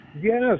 Yes